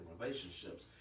relationships